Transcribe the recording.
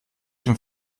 dem